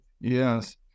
Yes